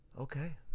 okay